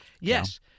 Yes